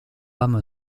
âme